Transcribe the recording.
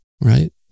right